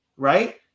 Right